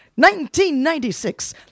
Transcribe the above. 1996